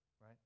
Right